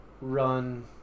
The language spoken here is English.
run